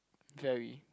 very